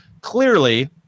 clearly